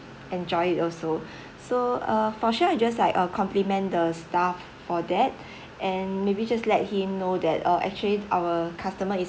enjoy it also so uh for sure I just like uh compliment the staff for that and maybe just let him know that uh actually our customer is